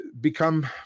become